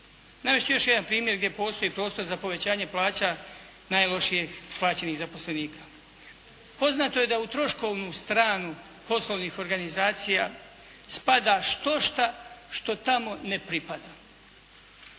Navest ću još jedan primjer gdje postoji prostor za povećanje plaća najlošije plaćenih zaposlenika. Poznato je da u troškovnu stranu poslovnih organizacija spada štošta što tamo ne pripada,